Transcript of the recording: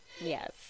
Yes